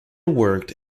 worked